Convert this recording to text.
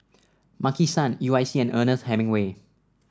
Maki San U I C and Ernest Hemingway